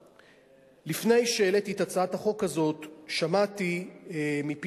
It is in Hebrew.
לפני שהעליתי את הצעת החוק הזאת שמעתי מפי